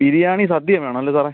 ബിരിയാണി സദ്യയും വേണം അല്ലേ സാറേ